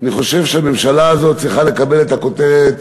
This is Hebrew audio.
אני חושב שהממשלה הזאת צריכה לקבל את הכותרת